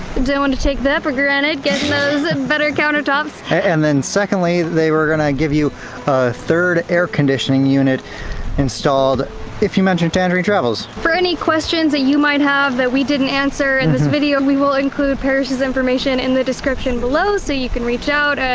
don't want to take that for granted. getting those and better countertops. and then secondly they were gonna give you a third air conditioning unit installed if you mentioned tangerine travels. for any questions that you might have that we didn't answer in this video, we will include parrish's information in the description below so you can reach out.